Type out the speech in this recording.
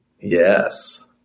Yes